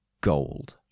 Gold